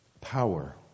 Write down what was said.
power